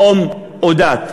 לאום או דת.